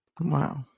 Wow